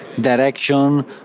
direction